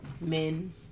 Men